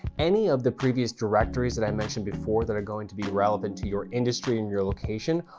any of the previous directories that i mentioned before that are going to be relevant to your industry and your location,